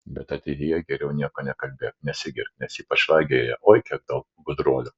bet ateityje geriau nieko nekalbėk nesigirk nes ypač lageryje oi kiek daug gudruolių